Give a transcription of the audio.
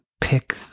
pick